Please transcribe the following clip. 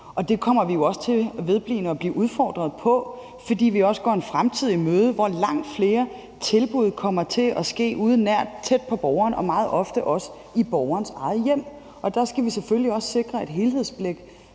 Og det kommer vi jo også vedblivende til at blive udfordret på, fordi vi går en fremtid i møde, hvor langt flere tilbud kommer til at ske ude tæt på borgeren og ofte også i borgerens eget hjem, og der skal vi selvfølgelig også sikre et helhedsblik